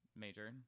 major